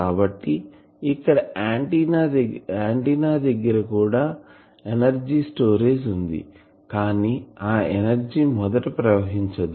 కాబట్టి ఇక్కడ ఆంటిన్నాదగ్గర కూడా ఎనర్జీ స్టోరేజ్ వుంది కానీ ఆ ఎనర్జీ మొదట ప్రవహించదు